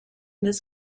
this